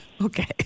Okay